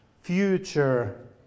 future